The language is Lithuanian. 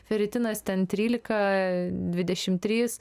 feritinas ten trylika dvidešimt trys